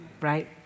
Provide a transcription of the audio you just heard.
right